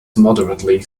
moderately